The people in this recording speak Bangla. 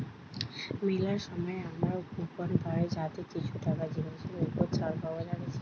মেলা সময় আমরা কুপন পাই যাতে কিছু টাকা জিনিসের ওপর ছাড় পাওয়া যাতিছে